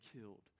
killed